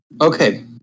okay